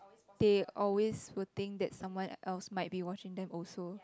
they always will think that someone else might be watching them also